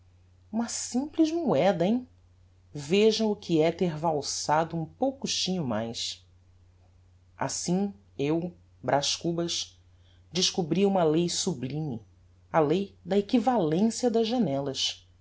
uma simples moeda hem vejam o que é ter valsado um poucochinho mais assim eu braz cubas descobri uma lei sublime a lei da equivalencia das janellas